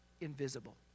invisible